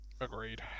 Agreed